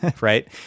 right